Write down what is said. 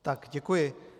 Tak děkuji.